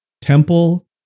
temple